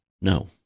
No